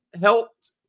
helped